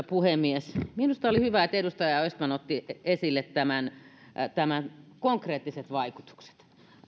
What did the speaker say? puhemies minusta oli hyvä että edustaja östman otti esille nämä konkreettiset vaikutukset